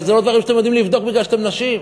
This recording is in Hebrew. אבל זה לא דברים שאתן יודעות לבדוק בגלל שאתן נשים.